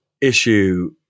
issue